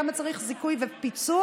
כמה צריך זיכוי ופיצוי,